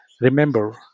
Remember